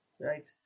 right